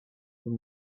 from